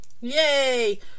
Yay